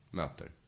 möter